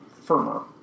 firmer